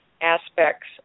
aspects